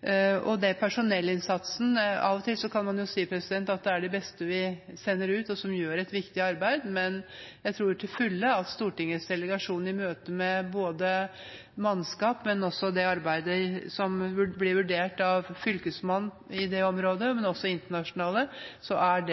det gjelder personellinnsatsen: Av og til kan man jo si at det er de beste vi sender ut, og som gjør et viktig arbeid, men jeg tror til fulle at Stortingets delegasjon – i møte med mannskap – har sett at det arbeidet, som blir vurdert av fylkesmannen i det området, og også internasjonalt, er